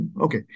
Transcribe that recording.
Okay